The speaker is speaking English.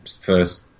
first